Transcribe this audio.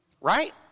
Right